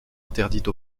interdite